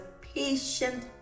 patient